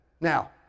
Now